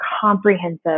comprehensive